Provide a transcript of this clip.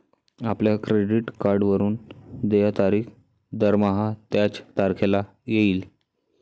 आपल्या क्रेडिट कार्डवरून देय तारीख दरमहा त्याच तारखेला येईल